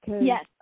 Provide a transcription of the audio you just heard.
Yes